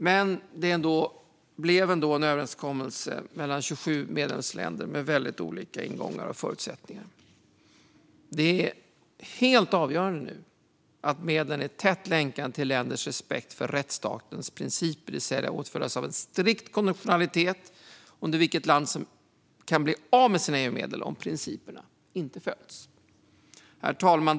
Men det blev ändå en överenskommelse mellan 27 medlemsländer med olika ingångar och förutsättningar. Det är nu helt avgörande att medlen är tätt länkade till länders respekt för rättsstatens principer, det vill säga åtföljs av en strikt konditionalitet under vilken ett land kan bli av med sina EU-medel om principerna inte följs. Herr talman!